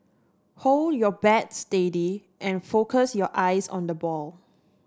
hold your bat steady and focus your eyes on the ball